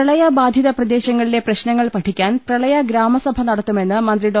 പ്രളയബാധിത പ്രദേശങ്ങളിലെ പ്രശ്നങ്ങൾപഠിക്കാൻ പ്രളയ ഗ്രാമ സഭ നടത്തുമെന്ന് മന്ത്രി ഡോ